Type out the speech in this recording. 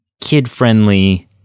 kid-friendly